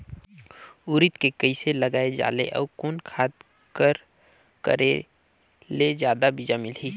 उरीद के कइसे लगाय जाले अउ कोन खाद कर करेले जादा बीजा मिलही?